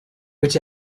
which